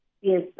Yes